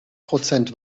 prozent